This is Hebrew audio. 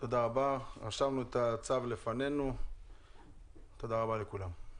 אישרנו את הצו, תודה רבה לכולם.